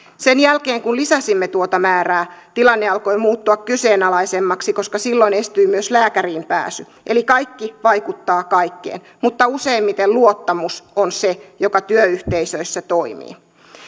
sen jälkeen kun kun lisäsimme tuota määrää tilanne alkoi muuttua kyseenalaisemmaksi koska silloin estyi myös lääkäriin pääsy eli kaikki vaikuttaa kaikkeen mutta useimmiten luottamus on se joka työyhteisöissä toimii